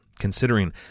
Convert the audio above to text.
Considering